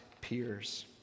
peers